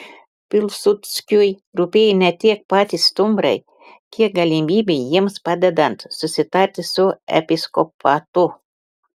pilsudskiui rūpėjo ne tiek patys stumbrai kiek galimybė jiems padedant susitarti su episkopatu